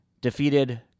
defeated